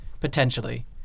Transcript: potentially